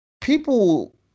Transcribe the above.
People